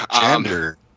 Gender